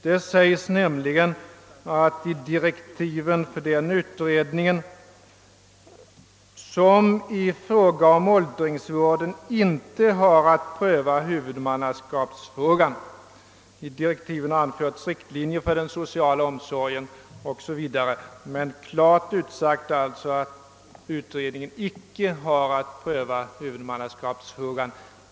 Där sägs nämligen bl.a. följande: »I direktiven för den ——— utredningen ———, som i fråga om åldringsvården inte har att pröva huvudmannaskapsfrågan, har anförts att riktlinjer för den sociala omsorgen» 0. s. v. Det är alltså klart utsagt att utredningen icke har att pröva huvudmannaskapsfrågan.